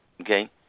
Okay